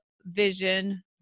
vision